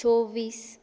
चोवीस